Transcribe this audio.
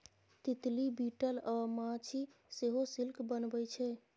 तितली, बिटल अ माछी सेहो सिल्क बनबै छै